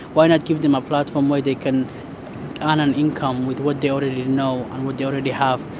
why not give them a platform where they can earn an income with what they already know and what they already have,